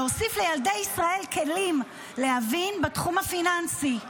להוסיף לילדי ישראל כלים להבין בתחום הפיננסי.